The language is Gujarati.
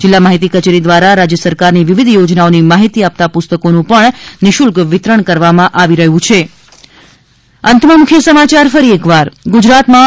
જિલ્લા માહિતી કચેરી દ્વારા રાજય સરકારની વિવિધ યોજનાઓની માહિતી આ તા પુસ્તકોનું ણ નિશુલ્ક વિતરણ કરવામાં આવી રહ્યુ છે